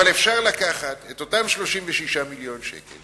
אבל אפשר לקחת את אותם 36 מיליון השקל